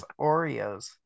Oreos